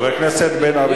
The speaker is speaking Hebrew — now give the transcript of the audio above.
חבר הכנסת בן-ארי,